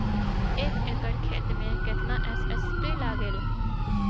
एक एकड़ खेत मे कितना एस.एस.पी लागिल?